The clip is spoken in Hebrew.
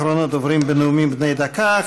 אחרון הדוברים בנאומים בני דקה.